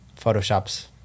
Photoshop's